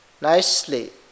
nicely